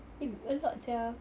it's a lot sia